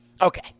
Okay